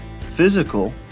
physical